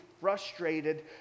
frustrated